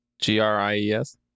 G-R-I-E-S